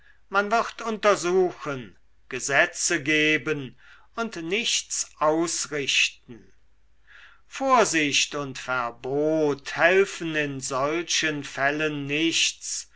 man wird untersuchen gesetze geben und nichts ausrichten vorsicht und verbot helfen in solchen fällen nichts